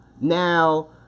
Now